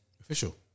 Official